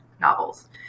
novels